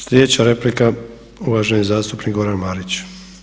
Sljedeća replika, uvaženi zastupnik Goran Marić.